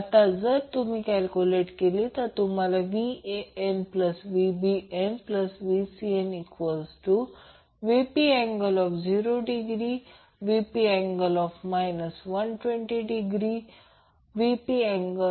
आता जर तुम्ही कॅल्क्युलेट केलीत तर मिळेल